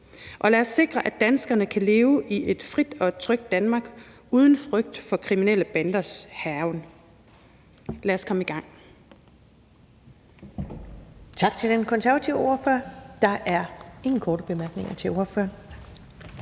lad os sikre, at danskerne kan leve i et frit og trygt Danmark uden frygt for kriminelle banders hærgen; lad os komme i gang. Kl. 11:06 Første næstformand (Karen Ellemann): Tak til den konservative ordfører. Der er ingen korte bemærkninger til ordføreren.